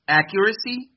accuracy